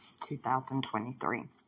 2023